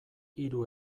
hiru